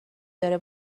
داره